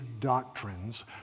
doctrines